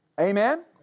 Amen